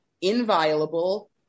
inviolable